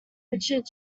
richard